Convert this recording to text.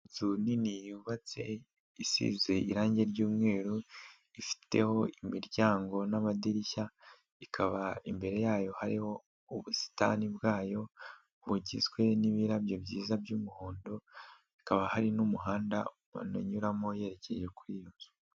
Inzu nini yubatse, isize irangi ry'umweru ifiteho imiryango n'amadirishya, ikaba imbere yayo hariho ubusitani bwayo, bugizwe n'ibirabyo byiza by'umuhondo, hakaba hari n'umuhanda umuntu anyuramo yerekeye kuri iyi nzu.